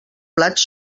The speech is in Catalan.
plats